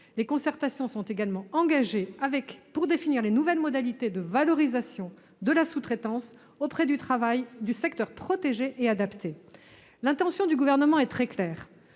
Les concertations sont également engagées pour définir les nouvelles modalités de valorisation de la sous-traitance auprès du secteur du travail protégé et adapté. L'intention du Gouvernement est très claire